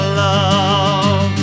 love